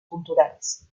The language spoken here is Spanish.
culturales